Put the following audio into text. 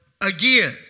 again